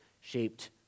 shaped